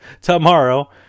tomorrow